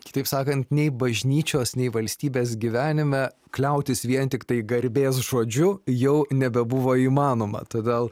kitaip sakant nei bažnyčios nei valstybės gyvenime kliautis vien tiktai garbės žodžiu jau nebebuvo įmanoma todėl